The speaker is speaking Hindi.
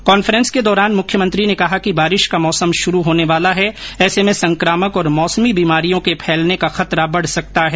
कॉन्फ्रेंस के दौरान मुख्यमंत्री ने कहा कि बारिश का मौसम शुरू होने वाला है ऐसे में संक्रामक और मौसमी बीमारियों के फैलने का खतरा बढ़ सकता है